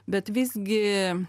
bet visgi